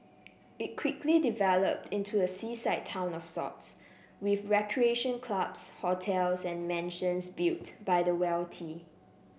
it quickly developed into a seaside town of sorts with recreation clubs hotels and mansions built by the wealthy